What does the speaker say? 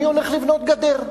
אני הולך לבנות גדר.